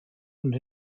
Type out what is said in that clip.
und